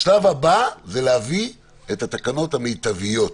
השלב הבא זה להביא את התקנות המיטביות,